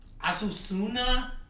Asusuna